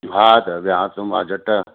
हा त विया थो मां झटि